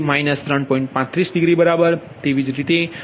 એ જ રીતે 3231∆31 3